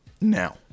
now